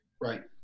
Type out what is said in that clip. Right